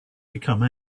become